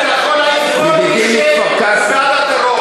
אתה יכול להעיף כל מי שהוא בעד הטרור.